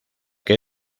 que